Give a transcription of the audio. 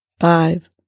five